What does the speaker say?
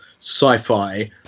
sci-fi